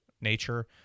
nature